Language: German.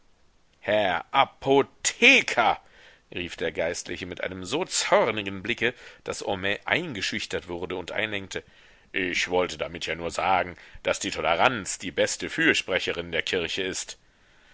herr apo the ker rief der geistliche mit einem so zornigen blicke daß homais eingeschüchtert wurde und einlenkte ich wollte damit ja nur sagen daß die toleranz die beste fürsprecherin der kirche ist